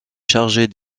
chargée